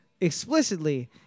explicitly